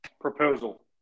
proposal